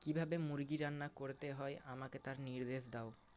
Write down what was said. কীভাবে মুরগি রান্না করতে হয় আমাকে তার নির্দেশ দাও